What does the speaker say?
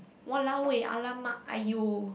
!walao! eh !alamak! !aiyo!